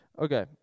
Okay